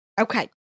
Okay